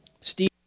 Steve